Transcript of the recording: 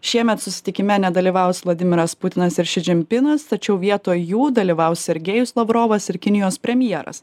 šiemet susitikime nedalyvaus vladimiras putinas ir ši džin pinas tačiau vietoj jų dalyvaus sergejus lavrovas ir kinijos premjeras